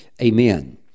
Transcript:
Amen